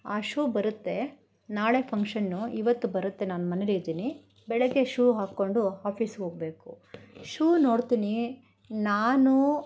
ಆ ಶೂ ಬರುತ್ತೆ ನಾಳೆ ಫಂಕ್ಷನ್ನು ಇವತ್ತು ಬರುತ್ತೆ ನಾನು ಮನೆಯಲ್ಲೇ ಇದ್ದೀನಿ ಬೆಳಗ್ಗೆ ಶೂ ಹಾಕ್ಕೊಂಡು ಆಫೀಸ್ಗೋಗ್ಬೇಕು ಶೂ ನೋಡ್ತೀನಿ ನಾನು